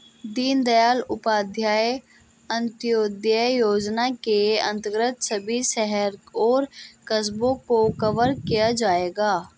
दीनदयाल उपाध्याय अंत्योदय योजना के अंतर्गत सभी शहरों और कस्बों को कवर किया जाएगा